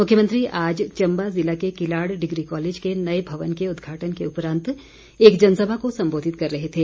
मुख्यमंत्री आज चंबा ज़िला के किलाड़ डिग्री कॉलेज के नए भवन के उद्घाटन के उपरांत एक जनसभा को संबोधित कर रहे थे